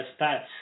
stats